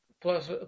Plus